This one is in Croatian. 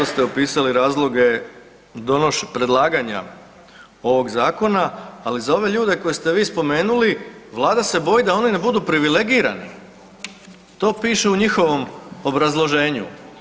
Vrlo dobro ste opisali razloge predlaganja ovog zakona, ali za ove ljude koje ste vi spomenuli Vlada se boji da oni ne budu privilegirani, to piše u njihovom obrazloženju.